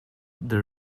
the